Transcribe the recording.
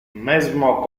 mesmo